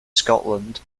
scotland